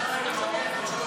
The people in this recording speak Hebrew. אני לא יכול להמשיך.